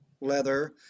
leather